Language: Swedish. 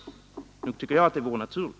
Nog tycker jag att det skulle vara naturligt.